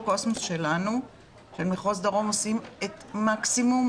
קוסמוס שלנו מחוז דרום עושים את המקסימום,